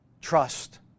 Trust